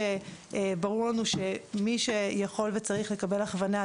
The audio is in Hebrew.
ברור לנו שמי שיכול וצריך לקבל הכוונה,